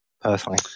personally